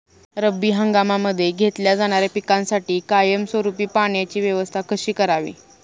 रब्बी हंगामामध्ये घेतल्या जाणाऱ्या पिकांसाठी कायमस्वरूपी पाण्याची व्यवस्था कशी करावी?